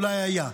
אולי היה.